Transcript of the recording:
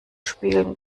spielen